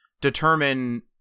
determine